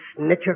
snitcher